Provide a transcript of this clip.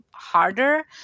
harder